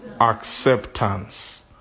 acceptance